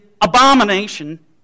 abomination